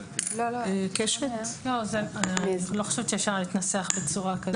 אני לא חושבת שאפשר להתנסח בצורה כזאת.